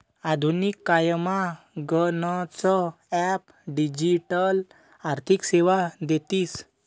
आधुनिक कायमा गनच ॲप डिजिटल आर्थिक सेवा देतीस